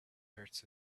hurts